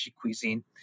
cuisine